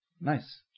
Nice